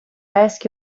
ask